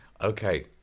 Okay